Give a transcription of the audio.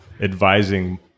advising